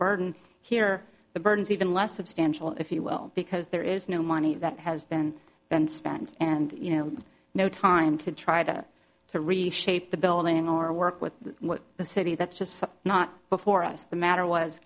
burden here the burden is even less substantial if you will because there is no money that has been been spent and you know no time to try to to reshape the bill and our work with what the city that's just not before us the matter was